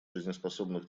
жизнеспособных